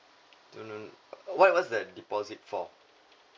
to know what was the deposit for